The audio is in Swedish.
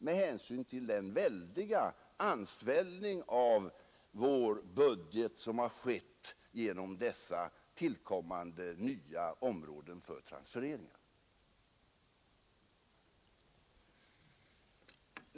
Det beror alltså på den väldiga ansvällning av vår budget som skett genom dessa nya områden för transfereringar.